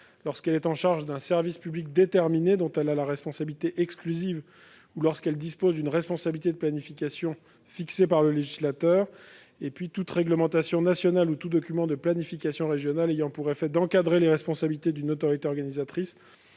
lorsqu'elle est en charge d'un service public déterminé, dont elle a la responsabilité exclusive, ou lorsqu'elle dispose d'une responsabilité de planification fixée par le législateur. D'autre part, toute réglementation nationale ou tout document de planification régional ayant pour effet d'encadrer les responsabilités d'une autorité organisatrice,